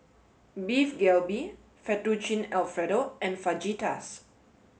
Beef Galbi Fettuccine Alfredo and Fajitas